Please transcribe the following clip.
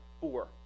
four